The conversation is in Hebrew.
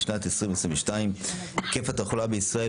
בשנת 2022 היקף התחלואה בישראל